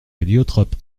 héliotrope